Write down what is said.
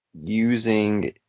Using